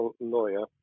lawyer